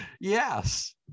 Yes